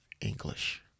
English